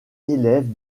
élève